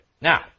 Now